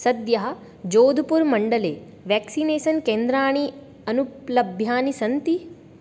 सद्यः जोधपुरमण्डले व्याक्सिनेसन् केन्द्राणि अनुपलभ्यानि सन्ति